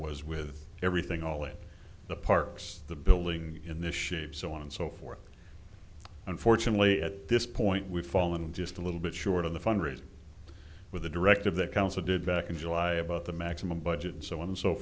was with everything all of the parks the building in this shape so on and so forth unfortunately at this point we've fallen just a little bit short of the fundraiser with the director of the council did back in july about the maximum budget and so on and so